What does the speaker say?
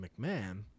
McMahon